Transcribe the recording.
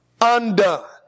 undone